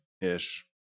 ish